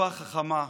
תשובה חכמה.